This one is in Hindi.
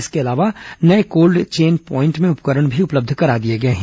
इसके अलावा नये कोल्ड चैन प्वॉइंट में उपकरण भी उपलब्ध करा दिए गए हैं